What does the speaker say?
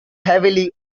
heavily